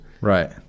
Right